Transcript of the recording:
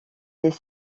des